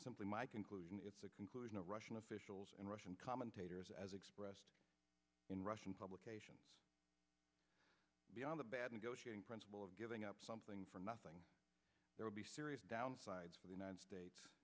simply my conclusion it's a conclusion of russian officials and russian commentators as expressed in russian publication on the bad and go shooting principle of giving up something for nothing there will be serious downsides for the united states